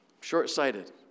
Short-sighted